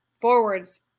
forwards